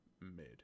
mid